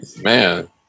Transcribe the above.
man